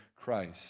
Christ